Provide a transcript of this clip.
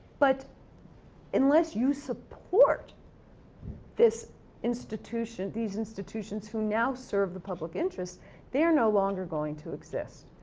but unless you support this institution, these institutions who now serve the public interests they're no longer going to exist.